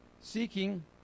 seeking